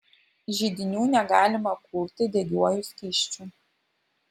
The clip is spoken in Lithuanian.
židinių negalima kurti degiuoju skysčiu